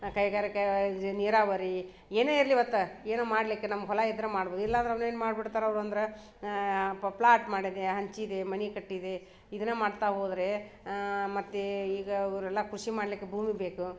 ಕೈಗಾರಿಕೆ ನೀರಾವರಿ ಏನೇ ಇರಲಿ ಒತ್ತ ಏನೋ ಮಾಡಲಿಕ್ಕೆ ನಮ್ಮ ಹೊಲ ಇದ್ರೆ ಮಾಡ್ಬಹುದು ಇಲ್ಲ ಅಂದ್ರೆ ಅದು ಏನು ಮಾಡ್ಬಿಡ್ತಾರೆ ಅವ್ರು ಅಂದರೆ ಪೊಪ್ಳ ಹಾಕಿ ಮಾಡೀನಿ ಹಂಚಿದೆ ಮನೆ ಕಟ್ಟಿದೆ ಇದನ್ನು ಮಾಡ್ತಾ ಹೋದರೆ ಮತ್ತು ಈಗ ಅವರೆಲ್ಲ ಕೃಷಿ ಮಾಡ್ಲಿಕ್ಕೆ ಭೂಮಿ ಬೇಕು